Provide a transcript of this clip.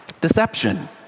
Deception